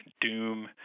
doom